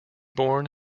born